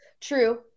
True